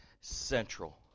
central